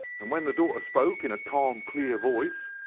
and then the daughter spoke in a calm clear voice.